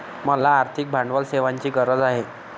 मला आर्थिक भांडवल सेवांची गरज आहे